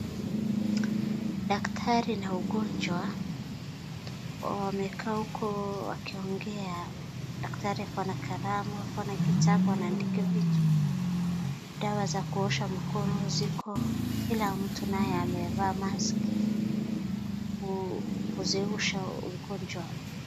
Daktari na ugonjwa wamekaa huko wakiongea. Daktari ako na kalamu ako na kitabu anaandika vitu. Dawa za kuosha mkono ziko kila mtu naye amevaa maski ya kuzuisha ugonjwa.